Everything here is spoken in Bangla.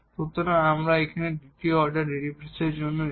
সুতরাং আমরা এখানে দ্বিতীয় অর্ডার ডেরিভেটিভের জন্য যাব